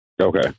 Okay